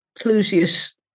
Clusius